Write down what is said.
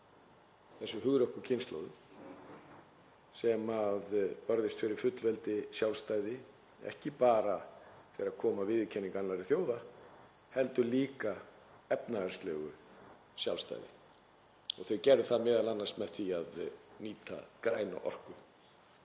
þessum hugrökku kynslóðum sem börðust fyrir fullveldi og sjálfstæði, ekki bara þegar kom að viðurkenningu annarra þjóða heldur líka efnahagslegu sjálfstæði. Þær gerðu það m.a. með því að nýta græna orku.